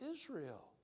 Israel